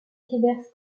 divers